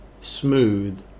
smooth